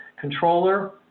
controller